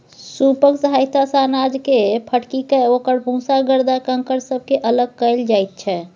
सूपक सहायता सँ अनाजकेँ फटकिकए ओकर भूसा गरदा कंकड़ सबके अलग कएल जाइत छै